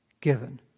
Given